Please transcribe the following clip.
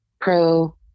pro